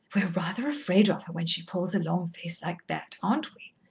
we're rather afraid of her when she pulls a long face like that, aren't we?